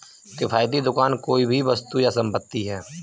किफ़ायती दुकान कोई भी वस्तु या संपत्ति है